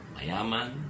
Mayaman